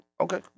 Okay